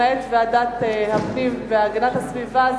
למעט ועדת הפנים והגנת הסביבה,